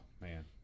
Man